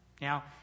Now